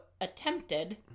attempted